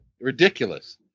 Ridiculous